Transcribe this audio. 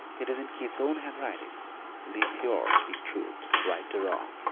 it is in keith's own handwriting live pure speak truth, right the wrong,